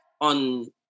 On